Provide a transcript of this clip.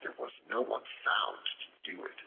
there was no one found to do it.